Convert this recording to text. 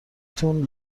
تون